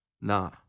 Nah